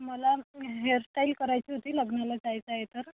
मला हेअरस्टाईल करायची होती लग्नाला जायचं आहे तर